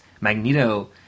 Magneto